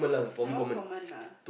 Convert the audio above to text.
that one common lah